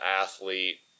athlete